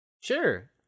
sure